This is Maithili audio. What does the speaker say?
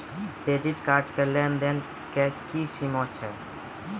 क्रेडिट कार्ड के लेन देन के की सीमा छै?